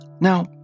Now